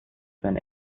sein